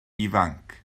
ifanc